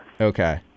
Okay